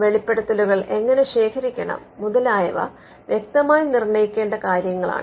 വെളിപ്പെടുത്തലുകൾ എങ്ങനെ ശേഖരിക്കണം മുതലായവ വ്യക്തമായി നിർണ്ണയിക്കേണ്ട കാര്യങ്ങളാണ്